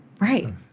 Right